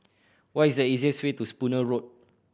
what is the easiest way to Spooner Road